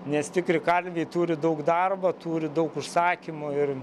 nes tikri kalviai turi daug darbo turi daug užsakymų ir